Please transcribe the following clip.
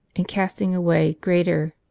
and casting away, greater.